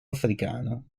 africano